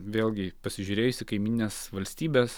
vėlgi pasižiūrėjus į kaimynines valstybes